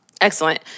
excellent